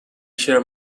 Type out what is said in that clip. share